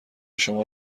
شما